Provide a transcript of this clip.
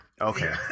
Okay